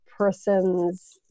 Person's